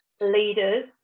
leaders